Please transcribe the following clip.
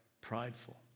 prideful